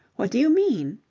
what do you mean?